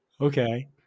Okay